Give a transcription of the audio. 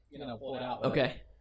Okay